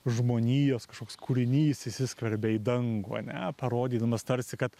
žmonijos kažkoks kūrinys įsiskverbia į dangų ane parodydamas tarsi kad